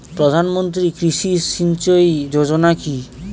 প্রধানমন্ত্রী কৃষি সিঞ্চয়ী যোজনা কি?